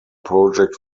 project